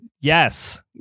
Yes